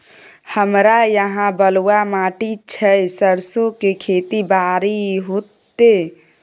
हमरा यहाँ बलूआ माटी छै सरसो के खेती बारी होते?